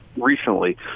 recently